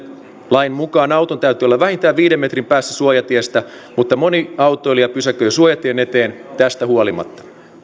lain mukaan auton täytyy olla vähintään viiden metrin päässä suojatiestä mutta moni autoilija pysäköi suojatien eteen tästä huolimatta